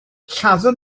lladdon